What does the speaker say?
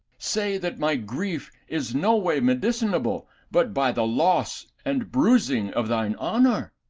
say that my grief is no way medicinable but by the loss and bruising of thine honour.